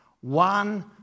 one